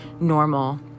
normal